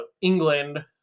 England